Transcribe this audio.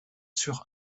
sur